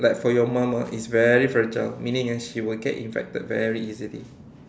like for your mom ah is very fragile meaning eh she will get infected very easily